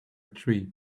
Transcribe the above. tree